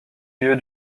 lieu